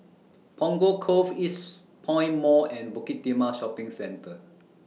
Punggol Cove Eastpoint Mall and Bukit Timah Shopping Centre